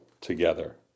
together